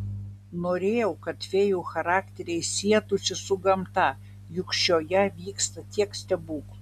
norėjau kad fėjų charakteriai sietųsi su gamta juk šioje vyksta tiek stebuklų